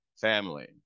family